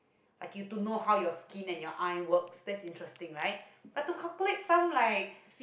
like you to know how your skin and your eye works that's interesting right but to calculate sum like